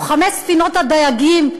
או חמש ספינות הדייגים,